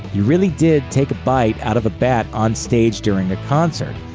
he really did take a bite out of a bat on stage during a concert,